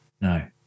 No